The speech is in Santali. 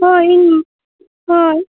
ᱦᱳᱭ ᱤᱧ ᱦᱳᱭ